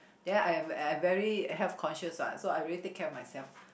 ya I'm I'm very health conscious what so I really take care of myself